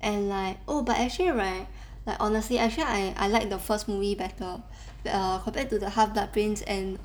and like oh but actually right like honestly I feel I I like the first movie better compared to the half blood prince and